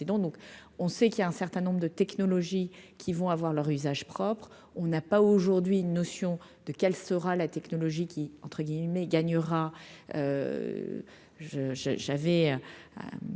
donc on sait qu'il y a un certain nombre de technologies qui vont avoir leur usage propre, on n'a pas aujourd'hui une notion de quelle sera la technologie qui, entre guillemets, gagnera je j'ai